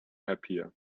happier